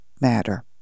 matter